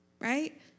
Right